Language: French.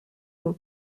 nom